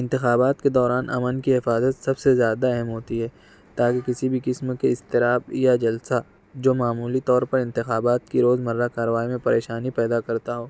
انتخابات کے دوران امن کی حفاظت سب سے زیادہ اہم ہوتی ہے تاکہ کسی بھی قسم کی اضطراب یا جلسہ جو معمولی طور پر انتخابات کی روزمرہ کاروائی میں پریشانی پیدا کرتا ہو